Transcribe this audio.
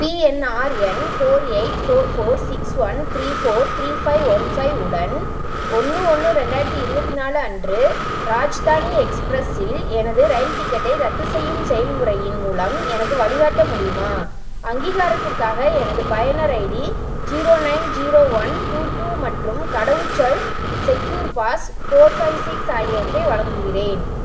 PNR எண் four eight four four six one three four three five one five உடன் ஒன்று ஒன்று ரெண்டாயிரத்தி இருபத்தி நாலு அன்று ராஜ்தானி எக்ஸ்பிரெஸ்ஸில் எனது ரயில் டிக்கெட்டை ரத்து செய்யும் செயல்முறையின் மூலம் எனக்கு வழிகாட்ட முடியுமா அங்கீகாரத்திற்காக எனது பயனர் ID zero nine zero one two two மற்றும் கடவுச்சொல் secure pass four five six ஆகியவற்றை வழங்குகிறேன்